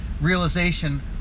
realization